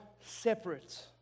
separate